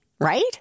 right